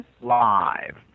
live